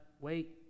wait